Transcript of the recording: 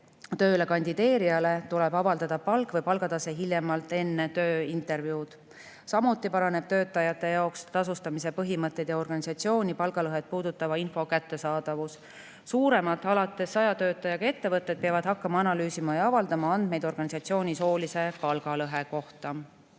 Tööle kandideerijale tuleb avaldada palk või palgatase enne tööintervjuud. Samuti paraneb töötajate jaoks tasustamise põhimõtteid ja organisatsiooni palgalõhet puudutava info kättesaadavus. Suuremad, alates 100 töötajaga ettevõtted peavad hakkama analüüsima ja avaldama andmeid organisatsiooni soolise palgalõhe kohta.